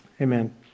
Amen